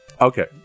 Okay